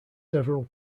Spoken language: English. several